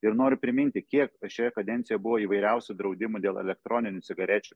ir noriu priminti kiek šioje kadencijoje buvo įvairiausių draudimų dėl elektroninių cigarečių